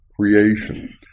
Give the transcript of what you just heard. creation